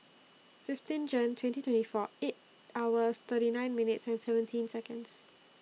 fifteen Jane twenty twenty four eight hours thirty nine minutes and seventeen Seconds